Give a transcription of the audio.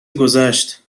گذشت